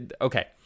okay